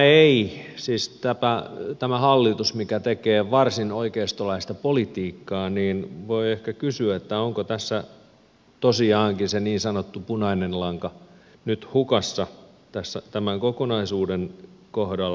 voi ehkä kysyä tältä hallitukselta mikä tekee varsin oikeistolaista politiikkaa onko tässä tosiaankin se niin sanottu punainen lanka nyt hukassa tämän kokonaisuuden kohdalla